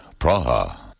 Praha